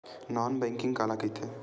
Non banking काला कइथे?